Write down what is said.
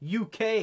UK